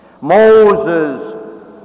Moses